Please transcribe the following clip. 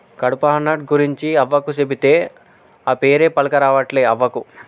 కడ్పాహ్నట్ గురించి అవ్వకు చెబితే, ఆ పేరే పల్కరావట్లే అవ్వకు